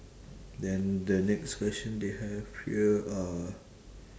then the next question they have here uh